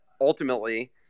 ultimately